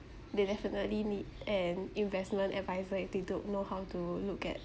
they definitely need an investment adviser if they don't know how to look at